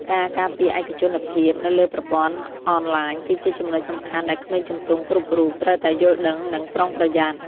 ការការពារឯកជនភាពនៅលើប្រព័ន្ធអនឡាញគឺជាចំណុចសំខាន់ដែលក្មេងជំទង់គ្រប់រូបត្រូវតែយល់ដឹងនិងប្រុងប្រយ័ត្ន។